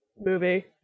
movie